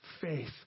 faith